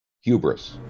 hubris